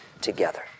together